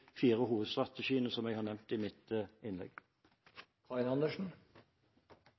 fire hovedstrategiene jeg har nevnt i mitt